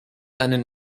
einen